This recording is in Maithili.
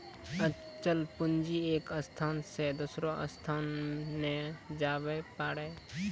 अचल पूंजी एक स्थान से दोसरो स्थान नै जाबै पारै